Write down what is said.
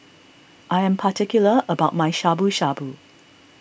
I am particular about my Shabu Shabu